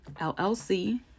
llc